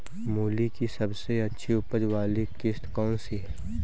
मूली की सबसे अच्छी उपज वाली किश्त कौन सी है?